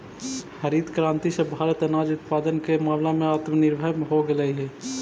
हरित क्रांति से भारत अनाज उत्पादन के मामला में आत्मनिर्भर हो गेलइ हे